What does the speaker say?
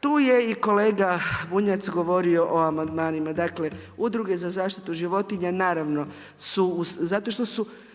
Tu je i kolega Bunjac govorio o amandmanima. Dakle, udruge za zaštitu životinja, naravno su, zato što su